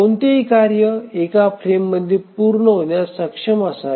कोणतीही कार्य एका फ्रेममध्ये पूर्ण होण्यास सक्षम असावी